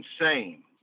insane